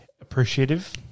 appreciative